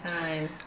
time